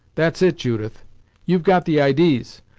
that's it, judith you've got the idees,